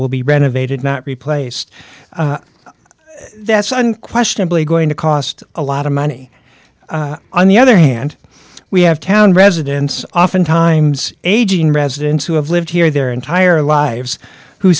will be renovated not replaced that's unquestionably going to cost a lot of money on the other hand we have town residents oftentimes aging residents who have lived here their entire lives who